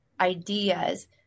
ideas